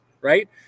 right